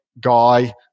guy